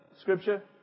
scripture